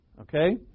okay